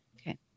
Okay